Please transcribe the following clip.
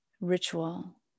ritual